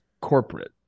corporate